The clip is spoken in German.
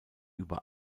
über